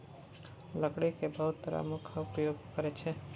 लकड़ी केर बहुत तरहें मनुख प्रयोग करै छै